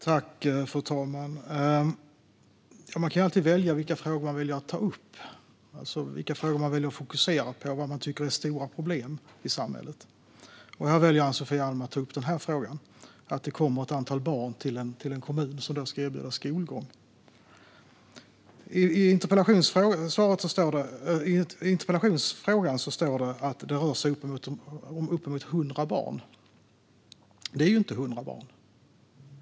Fru talman! Man kan alltid välja vilka frågor man tar upp och vilka frågor man fokuserar på - vad man tycker är stora problem i samhället. Ann-Sofie Alm väljer att ta upp denna fråga - att det kommer ett antal barn till en kommun, som då ska erbjuda skolgång. I interpellationen står det att det rör sig om uppemot 100 barn. Det är inte 100 barn.